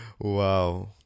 Wow